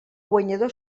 guanyador